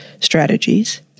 strategies